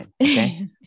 Okay